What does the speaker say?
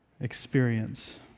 experience